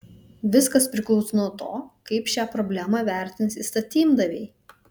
viskas priklauso nuo to kaip šią problemą vertins įstatymdaviai